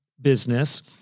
business